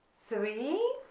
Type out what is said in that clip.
three